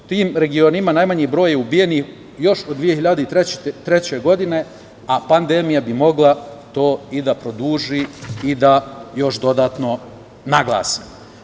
U tim regionima najmanji je broj ubijenih još od 2003. godine, a pandemija bi mogla to da produži i da još dodatno naglasi.